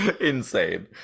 Insane